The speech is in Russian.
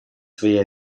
свои